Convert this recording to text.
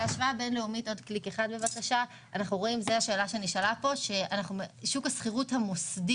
בהשוואה בינלאומית אנחנו רואים ששוק השכירות המוסדי